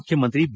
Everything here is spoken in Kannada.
ಮುಖ್ಯಮಂತ್ರಿ ಬಿ